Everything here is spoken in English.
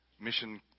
mission